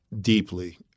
deeply